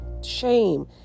shame